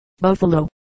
Buffalo